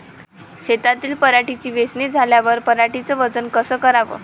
शेतातील पराटीची वेचनी झाल्यावर पराटीचं वजन कस कराव?